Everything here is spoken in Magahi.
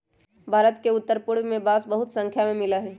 भारत के उत्तर पूर्व में बांस बहुत स्नाख्या में मिला हई